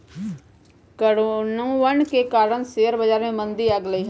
कोरोनवन के कारण शेयर बाजार में मंदी आ गईले है